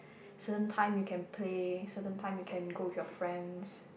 certain time you can play certain time you can go with your friends